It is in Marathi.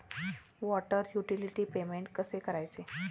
वॉटर युटिलिटी पेमेंट कसे करायचे?